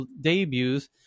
debuts